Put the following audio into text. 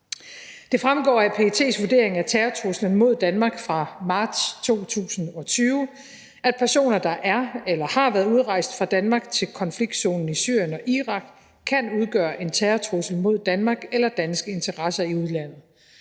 Det fremgår af PET's vurdering af terrortruslen mod Danmark fra marts 2020, at personer, der er eller har været udrejst fra Danmark til konfliktzonen i Syrien og Irak, kan udgøre en terrortrussel mod Danmark eller danske interesser i udlandet.